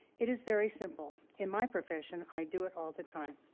it is very simple. in my profession, i do it all the time.